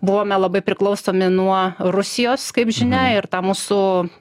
buvome labai priklausomi nuo rusijos kaip žinia ir tą mūsų